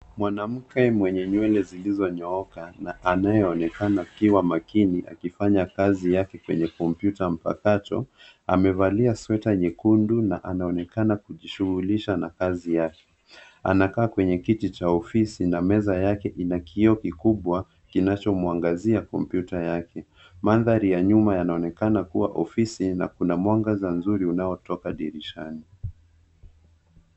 Mwanamke mwenye nywele zilizonyooka na anayeonekana akiwa makini anafanya kazi yake kwenye kompyuta mpakato. Amevalia sweta nyekundu na anaonekana kujishughulisha na kazi yake. Anakaa kwenye kiti cha ofisi na meza yake ina kioo kikubwa kinachomuangazia kompyuta yake. Mandhari ya nyuma yanaonekana kuwa ofisi na kuna mwangaza mzuri unaotoka dirishani.